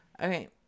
Okay